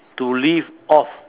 to live off